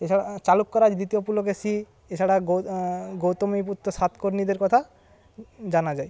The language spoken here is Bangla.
এছাড়া চালুক্য রাজা দ্বিতীয় পুলকেশি এছাড়া গৌতমী গৌতমী পুত্র সাতকর্ণীদের কথা জানা যায়